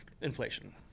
inflation